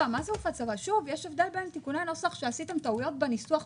יש הבדל בין תיקוני נוסח כשעשיתם טעויות בניסוח,